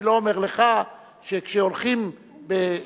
אני לא אומר לך שכשהולכים בשמש,